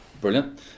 Brilliant